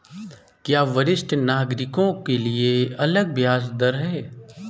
क्या वरिष्ठ नागरिकों के लिए अलग ब्याज दर है?